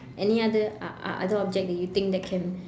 any other uh uh other object that you think that can